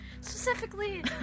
Specifically